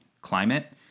climate